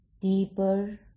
deeper